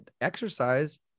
exercise